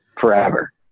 forever